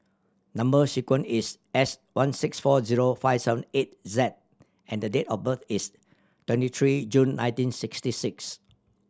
number sequence is S one six four zero five seven eight Z and the date of birth is twenty three June nineteen sixty six